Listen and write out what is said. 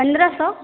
पन्द्रह सए